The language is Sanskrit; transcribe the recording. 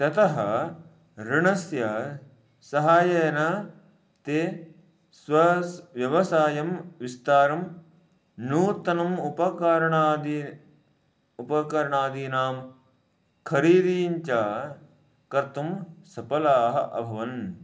ततः ऋणस्य सहाय्येन ते स्वस्य व्यवसायस्य विस्तारं नूतनम् उपकरणादि उपकरणादीनां खरीदीञ्च कर्तुं सफलाः अभवन्